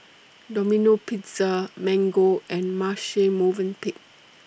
Domino Pizza Mango and Marche Movenpick